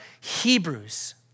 Hebrews